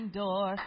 door